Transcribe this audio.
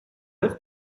heure